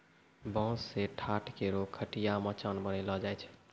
बांस सें ठाट, कोरो, खटिया, मचान बनैलो जाय छै